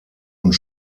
und